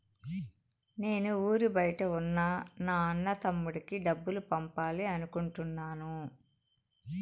నేను ఊరి బయట ఉన్న నా అన్న, తమ్ముడికి డబ్బులు పంపాలి అనుకుంటున్నాను